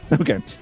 Okay